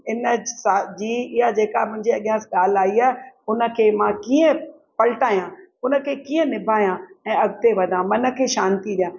हिन सां जी इहा जेका मुंहिंजे अॻियां ॻाल्हि आई आहे हुनखे मां कीअं पल्टाया हुनखे कीअं निभाया ऐं अॻिते वधा मन खे शांति ॾिया